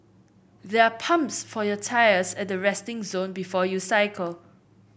there are pumps for your tyres at the resting zone before you cycle